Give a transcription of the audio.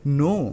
no